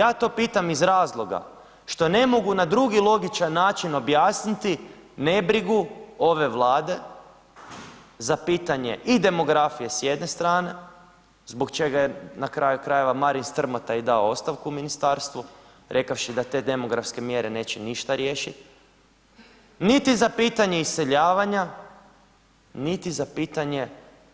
Ja to pitam iz razloga što ne mogu na drugi logičan način objasniti nebrigu ove Vlade za pitanje i demografije s jedne strane, zbog čega je na kraju krajeva Marin Strmota i dao ostavku u ministarstvu rekavši da te demografske mjere neće ništa riješiti, niti za pitanje iseljavanja, niti za pitanje